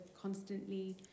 constantly